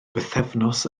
bythefnos